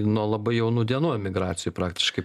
nuo labai janų dienų emogracijoj prktiškai